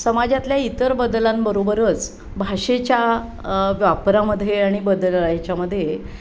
समाजातल्या इतर बदलांबरोबरच भाषेच्या वापरामध्ये आणि बदलांच्यामध्ये